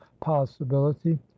possibility